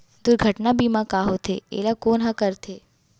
दुर्घटना बीमा का होथे, एला कोन ह करथे?